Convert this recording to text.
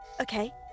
okay